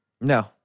No